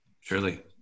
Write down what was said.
Surely